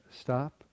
stop